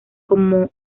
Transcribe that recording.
como